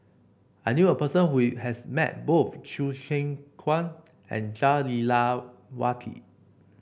I knew a person who has met both Chew Kheng Chuan and Jah Lelawati